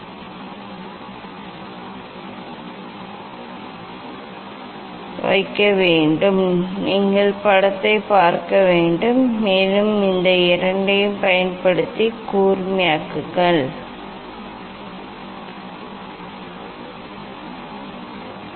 இந்த படத்தை நீங்கள் பார்க்க வேண்டும் நீங்கள் படத்தைப் பார்க்க வேண்டும் மேலும் இந்த இரண்டைப் பயன்படுத்தி கூர்மையாக்குங்கள் என்று சொல்கிறது நான் அதைக் கூர்மையாக்கியுள்ளேன்